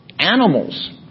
animals